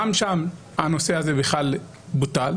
שם הנושא הזה בוטל.